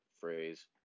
phrase